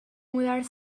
mudar